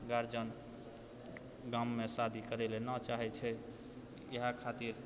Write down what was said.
guardian गाँवमे शादी करै लए नहि चाहै छै इएह खातिर